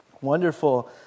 Wonderful